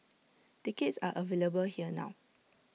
tickets are available here now